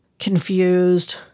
confused